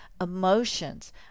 emotions